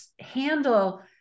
handle